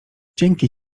dzięki